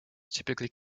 typically